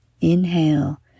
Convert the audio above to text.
Inhale